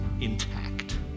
intact